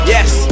Yes